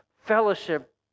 fellowship